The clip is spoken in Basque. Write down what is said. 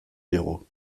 diogu